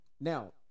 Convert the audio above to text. Now